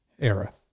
era